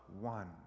one